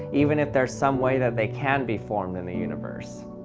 even if there's some way that they can't be formed in the universe.